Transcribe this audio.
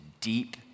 deep